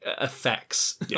effects